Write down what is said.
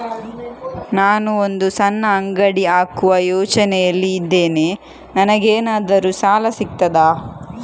ನಾನು ಒಂದು ಸಣ್ಣ ಅಂಗಡಿ ಹಾಕುವ ಯೋಚನೆಯಲ್ಲಿ ಇದ್ದೇನೆ, ನನಗೇನಾದರೂ ಸಾಲ ಸಿಗ್ತದಾ?